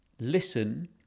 Listen